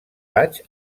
vaig